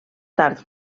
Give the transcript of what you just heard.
tard